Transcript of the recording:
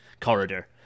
corridor